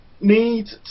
need